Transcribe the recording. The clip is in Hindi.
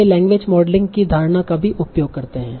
वे लैंग्वेज मॉडलिंग की धारणा का भी उपयोग करते हैं